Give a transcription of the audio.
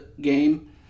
game